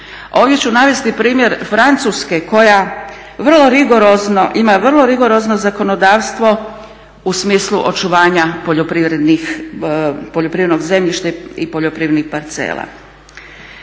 Ovdje ću navesti primjer Francuske koja vrlo ima vrlo rigorozno zakonodavstvo u smislu očuvanja poljoprivrednog zemljišta i poljoprivrednih parcela.